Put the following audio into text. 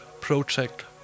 project